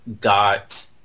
got